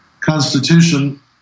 constitution